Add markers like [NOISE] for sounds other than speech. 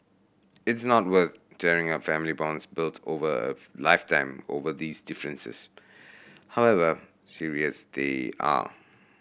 it's not worth tearing up family bonds built over a [UNINTELLIGIBLE] lifetime over these differences however serious they are